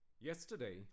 Yesterday